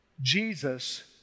Jesus